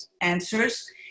answers